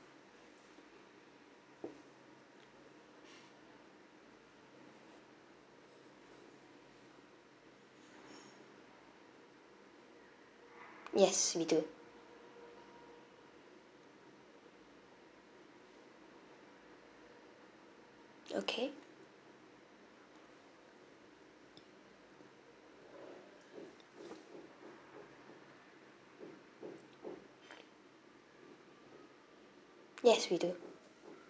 yes we do okay yes we do